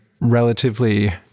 relatively